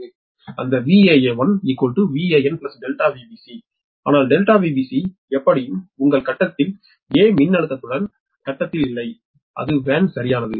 அந்த Van1 Van ΔVbc ஆனால் ΔVbc எப்படியும் உங்கள் கட்டத்தில் a மின்னழுத்தத்துடன் கட்டத்தில் இல்லை அது வேன் சரியானது